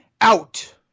out